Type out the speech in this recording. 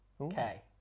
okay